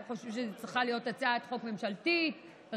אנחנו חושבים שזו צריכה להיות הצעת חוק ממשלתית רחבה,